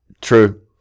True